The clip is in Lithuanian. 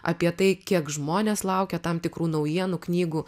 apie tai kiek žmonės laukia tam tikrų naujienų knygų